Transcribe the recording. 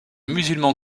musulman